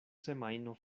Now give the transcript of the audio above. semajno